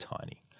tiny